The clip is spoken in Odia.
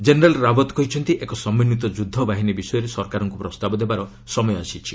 ଜେନେରାଲ ରାଓ୍ୱତ କହିଛନ୍ତି ଏକ ସମନ୍ୱିତ ଯୁଦ୍ଧ ବାହିନୀ ବିଷୟରେ ସରକାରଙ୍କୁ ପ୍ରସ୍ତାବ ଦେବାର ସମୟ ଆସିଛି